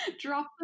drop